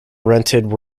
rented